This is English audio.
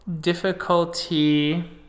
Difficulty